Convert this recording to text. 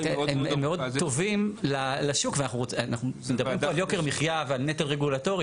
הם מאוד טובים לשוק ואנחנו מדברים פה על יוקר מחייה ועל נטל רגולטורי.